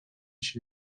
się